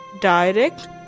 direct